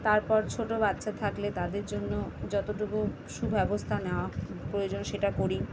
তারপর ছোটো বাচ্চা থাকলে তাদের জন্য যতটুকু সুব্যবস্থা নেওয়া প্রয়োজন সেটা করি